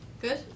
Good